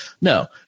No